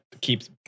keeps